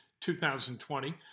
2020